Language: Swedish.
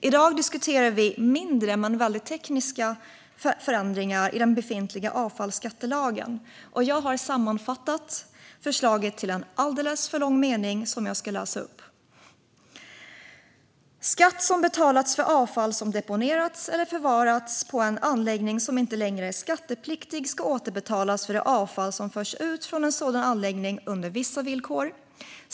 I dag diskuterar vi mindre, men väldigt tekniska, förändringar i den befintliga avfallsskattelagen. Jag har sammanfattat förslaget: Skatt som betalats för avfall som deponerats eller förvarats på en anläggning som inte längre är skattepliktig ska återbetalas för det avfall som förs ut från en sådan anläggning under vissa villkor.